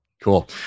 Cool